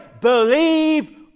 believe